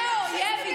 זה האויב.